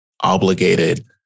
obligated